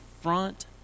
front